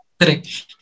Right